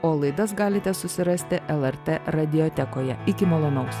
o laidas galite susirasti lrt radijotekoje iki malonaus